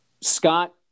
Scott